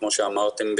כמו שאמרתם,